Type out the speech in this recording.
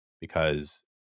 because-